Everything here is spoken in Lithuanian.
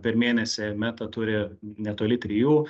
per mėnesį meta turi netoli trijų